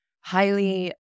highly